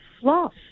fluff